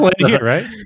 right